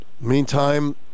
Meantime